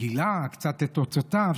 גילה קצת את תוצאותיו,